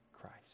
Christ